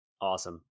awesome